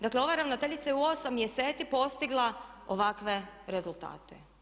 Dakle, ova ravnateljica je u 8 mjeseci postigla ovakve rezultate.